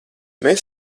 mēs